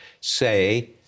say